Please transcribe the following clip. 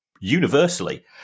universally